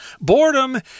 Boredom